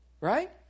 Right